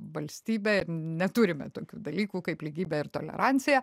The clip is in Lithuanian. valstybė neturime tokių dalykų kaip lygybė ir tolerancija